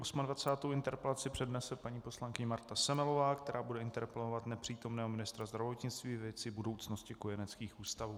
Osmadvacátou interpelaci přednese paní poslankyně Marta Semelová, která bude interpelovat nepřítomného ministra zdravotnictví ve věci budoucnosti kojeneckých ústavů.